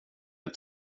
ett